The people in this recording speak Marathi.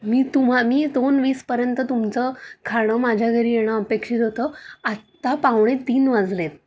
मी तुम्हा मी दोन वीसपर्यंत तुमचं खाणं माझ्या घरी येणं अपेक्षित होतं आत्ता पावणे तीन वाजले आहेत